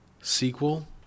sequel